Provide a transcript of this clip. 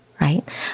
right